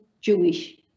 Jewish